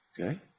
Okay